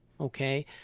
okay